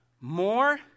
more